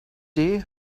dare